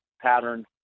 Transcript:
pattern